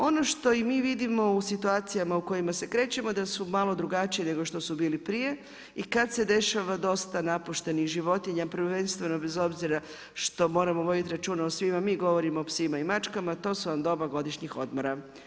Ono što i mi vidimo u situacijama u kojima se krećemo da su malo drugačije nego što su bili prije, i kad se dešava dosta napuštenih životinja prvenstveno bez obzira što moramo voditi računa, o svima govorimo, o psima i mačkama, a to su vam doba godišnjih odmora.